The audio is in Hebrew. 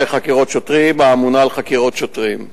שממונה על חקירות שוטרים.